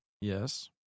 Yes